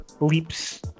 leaps